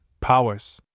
powers